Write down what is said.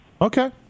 Okay